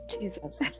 Jesus